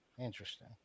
interesting